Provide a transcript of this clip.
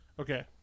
okay